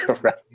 right